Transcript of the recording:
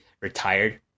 retired